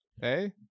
Hey